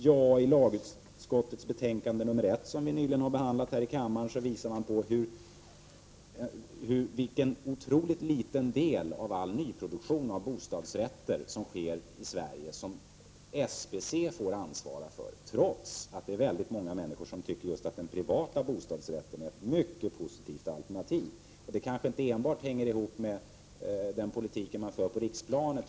Ja, i lagutskottets betänkande nr 1, som vi nyligen har behandlat här i kammaren, visas vilken otroligt liten del av all nyproduktion av bostadsrätter i Sverige som SBC får ansvara för, trots att det är väldigt många människor som tycker att just den privata bostadsrätten är ett mycket positivt alternativ. Detta kanske inte enbart hänger ihop med den politik som förs på riksplanet.